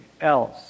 else